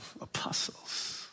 apostles